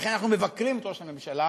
ולכן אנחנו מבקרים את ראש הממשלה.